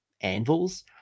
anvils